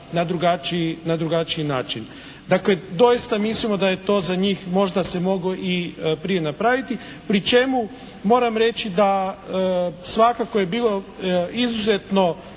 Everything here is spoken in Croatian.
na drugačiji način. Dakle, doista mislimo da je to za njih možda se moglo i prije napraviti. Pri čemu moram reći da svakako je bilo izuzetno